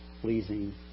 pleasing